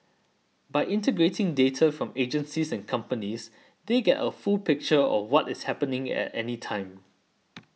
by integrating data from agencies and companies they get a full picture of what is happening at any time